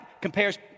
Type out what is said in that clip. compares